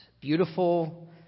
beautiful